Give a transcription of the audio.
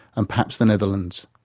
and perhaps the netherlands.